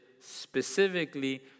specifically